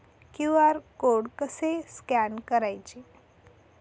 QR code कसे scan करायचे?